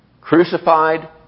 crucified